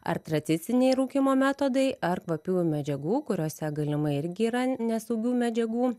ar tradiciniai rūkymo metodai ar kvapiųjų medžiagų kuriose galimai irgi yra nesaugių medžiagų